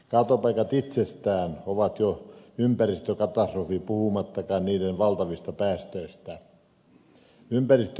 kaatopaikat itsestään ovat jo ympäristökatastrofi puhumattakaan niiden valtavista päästöistä